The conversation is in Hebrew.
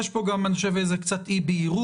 יש פה גם אני חושב קצת אי בהירות,